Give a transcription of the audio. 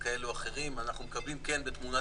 כשאנחנו נחמדים מאוד על הכול --- התחרות